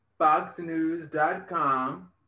foxnews.com